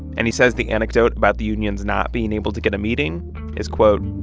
and he says the anecdote about the unions not being able to get a meeting is, quote,